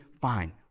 Fine